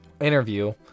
interview